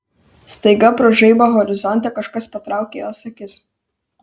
staiga pro žaibą horizonte kažkas patraukė jos akis